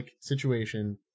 situation